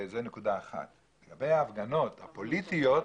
לגבי ההפגנות הפוליטית,